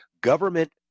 Government